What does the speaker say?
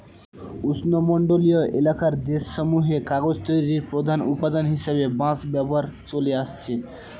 উষ্ণমন্ডলীয় এলাকার দেশসমূহে কাগজ তৈরির প্রধান উপাদান হিসাবে বাঁশ ব্যবহার চলে আসছে